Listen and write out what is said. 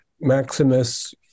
maximus